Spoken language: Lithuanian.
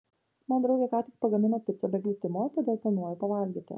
mano draugė ką tik pagamino picą be glitimo todėl planuoju pavalgyti